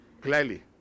clearly